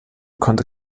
konnte